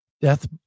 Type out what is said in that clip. Death